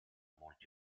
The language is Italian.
molti